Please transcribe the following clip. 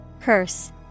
Curse